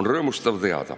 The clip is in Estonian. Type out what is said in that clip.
On rõõmustav teada,